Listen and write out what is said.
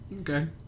okay